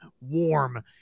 warm